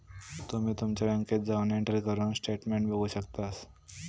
तुम्ही तुमच्या बँकेत जाऊन एंट्री करून स्टेटमेंट बघू शकतास